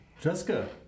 Jessica